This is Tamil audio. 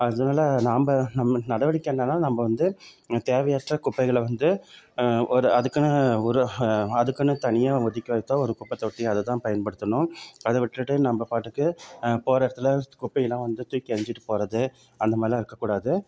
அதனால் நாம்ம நம்ம நடவடிக்கை என்னென்ன நம்ம வந்து தேவையற்ற குப்பைகளை வந்து ஒரு அதுக்குன்னு ஒரு அதுக்குன்னு தனியாக ஒதுக்கி வைத்த ஒரு குப்பை தொட்டி அதைதான் பயன்படுத்தணும் அதை விட்டுட்டு நம்ம பாட்டுக்கு போகிற இடத்துல குப்பையெலாம் வந்து தூக்கி எறிஞ்சுட்டு போகிறது அந்த மாதிரிலாம் இருக்கக்கூடாது